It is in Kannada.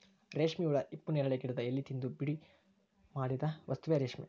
ರೇಶ್ಮೆ ಹುಳಾ ಹಿಪ್ಪುನೇರಳೆ ಗಿಡದ ಎಲಿ ತಿಂದು ಬಿಡುಗಡಿಮಾಡಿದ ವಸ್ತುವೇ ರೇಶ್ಮೆ